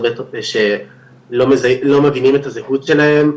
שלא מבינים את הזהות שלהם,